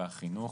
והחינוך,